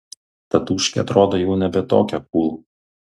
tatūškė atrodo jau nebe tokia kūl